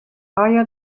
آیا